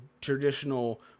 traditional